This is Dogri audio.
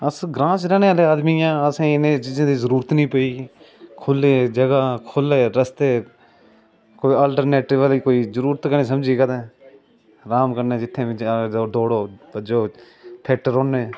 अस ग्रां च रैने आह्ले आदमी हां असैं गी इनै चीजैं दी जरूरत नीं ऐ खुल्लें जगह् खुल्ले रस्तें कोई अल्टरनेटिव आह्ली जरूरत गै नीं ऐ राम कन्नै जित्थैं बी दौड़ो फिट रौह्ने